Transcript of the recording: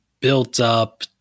built-up